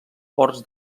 horts